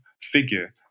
figure